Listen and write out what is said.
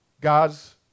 God's